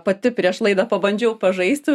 pati prieš laidą pabandžiau pažaisti